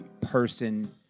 person